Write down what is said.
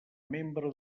membre